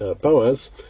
Boaz